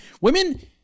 women